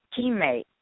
teammate